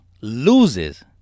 loses